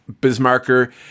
Bismarck